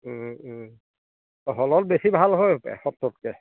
হলত বেছি ভাল হয় হপায় সত্ৰতকৈ